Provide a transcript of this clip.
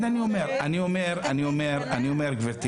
גבירתי